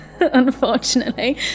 unfortunately